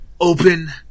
open